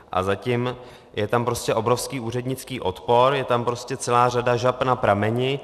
A zatím je tam prostě obrovský úřednický odpor, je tam celá řada žab na prameni.